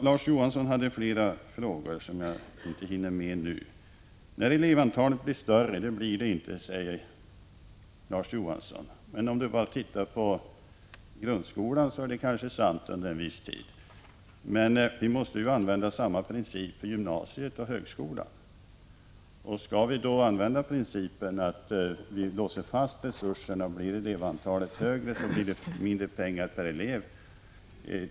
Larz Johansson ställde flera frågor som jag inte hinner besvara nu. Elevantalet blir inte större, säger Larz Johansson. Ja, om vi enbart ser på grundskolan så är detta kanske sant för en viss tid. Men vi måste ju tillämpa samma princip för gymnasiet och högskolan. Om vi tillämpar principen att låsa fast resurserna och elevantalet blir större, så får vi ju mindre pengar per elev.